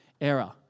error